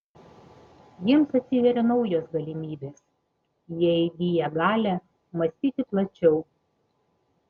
jiems atsiveria naujos galimybės jie įgyja galią mąstyti plačiau